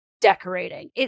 decorating